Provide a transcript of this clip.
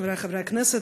חברי חברי הכנסת,